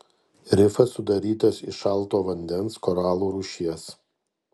rifas sudarytas iš šalto vandens koralų rūšies